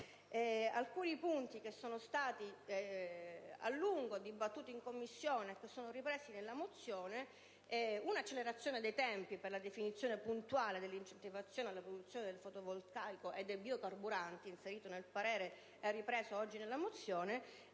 alcuni punti che sono stati a lungo dibattuti in Commissione e ripresi nella mozione: l'accelerazione dei tempi per la definizione puntuale dell'incentivazione all'evoluzione del fotovoltaico e dei biocarburanti, punto inserito nel parere e ripreso nella mozione,